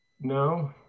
No